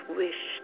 wish